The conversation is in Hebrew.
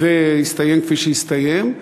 שהסתיים כפי שהסתיים.